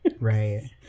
right